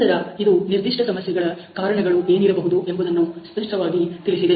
ನಂತರ ಇದು ನಿರ್ದಿಷ್ಟ ಸಮಸ್ಯೆಗಳ ಕಾರಣಗಳು ಏನಿರಬಹುದು ಎಂಬುದನ್ನು ಸ್ಪಷ್ಟವಾಗಿ ತಿಳಿಸಿದೆ